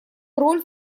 роль